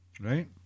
Right